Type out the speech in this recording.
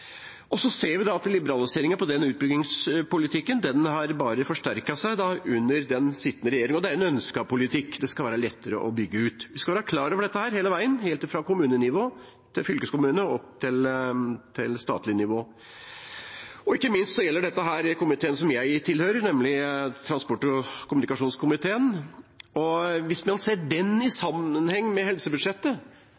ser vi at liberaliseringen når det gjelder den utbyggingspolitikken, bare har forsterket seg under den sittende regjeringen. Det er en ønsket politikk – det skal være lettere å bygge ut. Vi skal være klar over dette hele veien, helt fra kommunenivå, til fylkeskommunenivå og opp til statlig nivå. Ikke minst gjelder dette komiteen som jeg tilhører, nemlig transport- og kommunikasjonskomiteen. Hvis man ser samferdselsbudsjettet i